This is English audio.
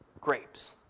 grapes